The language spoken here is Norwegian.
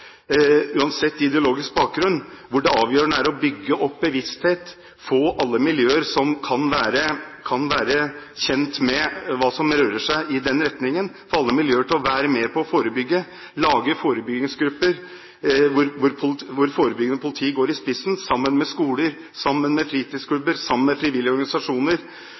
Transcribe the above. uansett ideologisk bakgrunn. Det avgjørende her er å bygge opp bevissthet, få alle miljøer som kan være kjent med hva som rører seg i en slik retning, til å være med på å forebygge, lage forebyggingsgrupper hvor politiet går i spissen sammen med skoler, fritidsklubber, frivillige organisasjoner osv. og bygger nettverk, foretar bekymringssamtaler med